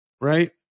Right